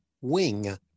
wing